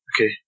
Okay